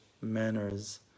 manners